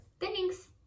Thanks